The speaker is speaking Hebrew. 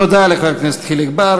תודה לחבר הכנסת חיליק בר.